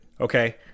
okay